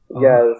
Yes